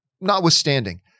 notwithstanding